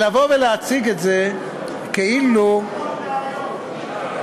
ולבוא ולהציג את זה כאילו, שר הביטחון דהיום.